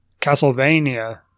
Castlevania